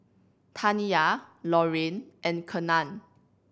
Taniyah Lorayne and Kenan